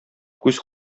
күз